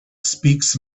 speaks